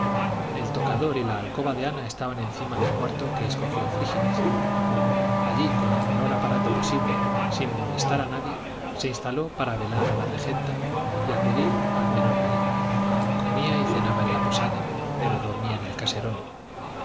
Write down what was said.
el tocador y la alcoba de ana estaban encima del cuarto que escogió frígilis allí con el menor aparato posible sin molestar a nadie se instaló para velar a la regenta y acudir al menor peligro comía y cenaba en la posada pero dormía en el caserón